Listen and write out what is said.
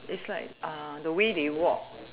it's like the way they walk